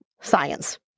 Science